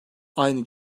aynı